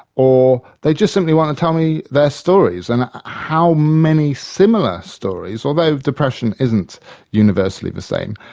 or they just simply want to tell me their stories, and how many similar stories, although depression isn't universally the same,